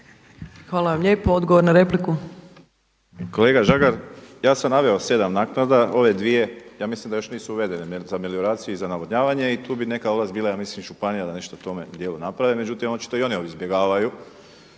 Hvala lijepo. Odgovor na repliku.